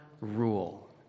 rule